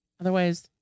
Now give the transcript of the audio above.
otherwise